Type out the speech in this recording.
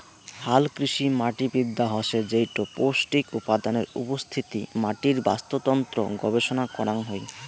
হালকৃষিমাটিবিদ্যা হসে যেইটো পৌষ্টিক উপাদানের উপস্থিতি, মাটির বাস্তুতন্ত্র গবেষণা করাং হই